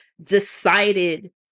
decided